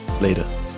Later